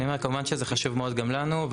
אני אומר, כמובן שזה חשוב מאוד גם לנו.